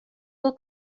will